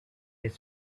his